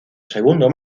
segundo